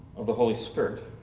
of the holy spirit.